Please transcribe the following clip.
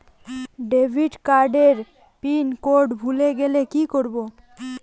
Debit card এর pin code ভুলে গেলে কি করব?